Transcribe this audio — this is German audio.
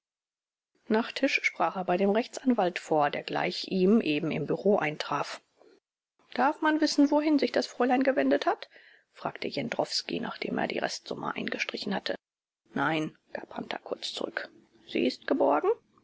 nach tisch sprach er bei dem rechtsanwalt vor der gleich ihm eben im büro eintraf darf man wissen wohin sich das fräulein gewendet hat fragte jendrowski nachdem er die restsumme eingestrichen hatte nein gab hunter kurz zurück sie ist geborgen